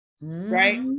right